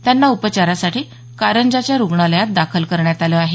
त्यांना उपचारासाठी कारंजाच्या रुग्णालयात दाखल करण्यात आलं आहे